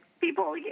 people